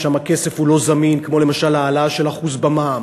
שם הכסף לא זמין כמו למשל העלאה של 1% במע"מ